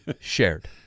Shared